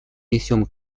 несем